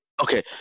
Okay